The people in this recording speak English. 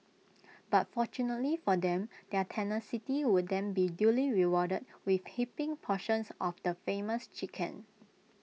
but fortunately for them their tenacity would then be duly rewarded with heaping portions of the famous chicken